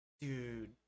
Dude